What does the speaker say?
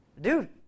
dude